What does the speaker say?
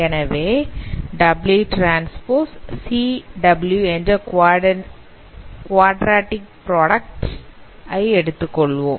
எனவே WTCW என்ற quadratic product ஐ எடுத்துக்கொள்வோம்